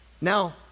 Now